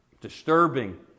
disturbing